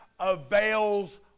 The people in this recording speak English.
avails